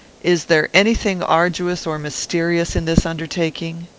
is there any thing arduous or mysterious in this undertaking?